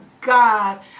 god